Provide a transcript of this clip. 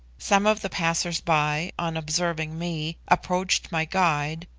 some of the passers-by, on observing me, approached my guide,